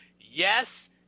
yes